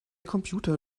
computer